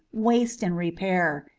waste and repair,